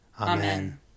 Amen